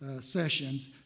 Sessions